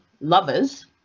lovers